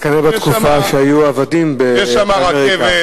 זה כנראה בתקופה שהיו עבדים באמריקה.